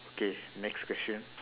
okay next question